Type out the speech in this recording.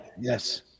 Yes